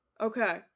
Okay